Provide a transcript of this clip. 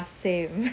same